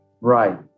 Right